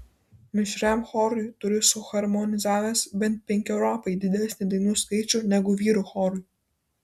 mišriam chorui turiu suharmonizavęs bent penkeriopai didesnį dainų skaičių negu vyrų chorui